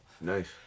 Nice